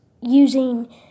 using